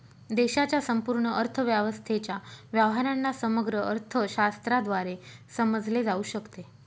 देशाच्या संपूर्ण अर्थव्यवस्थेच्या व्यवहारांना समग्र अर्थशास्त्राद्वारे समजले जाऊ शकते